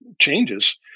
changes